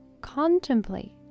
contemplate